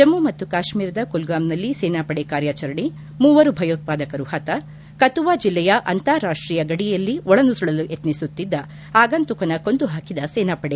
ಜಮ್ನು ಮತ್ತು ಕಾಶ್ನೀರದ ಕುಲ್ಲಾಮ್ನಲ್ಲಿ ಸೇನಾಪಡೆ ಕಾರ್ಯಾಚರಣೆ ಮೂವರು ಭಯೋತ್ಪಾದಕರು ಹತ ಕತುವಾ ಜಲ್ಲೆಯ ಅಂತಾರಾಷ್ಷೀಯ ಗಡಿಯಲ್ಲಿ ಒಳ ನುಸುಳಲು ಯತ್ನಿಸುತ್ತಿದ್ದ ಆಗುಂತಕನ ಕೊಂದು ಹಾಕಿದ ಸೇನಾಪಡೆ